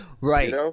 Right